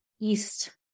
east